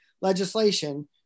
legislation